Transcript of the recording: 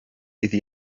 iddi